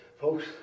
Folks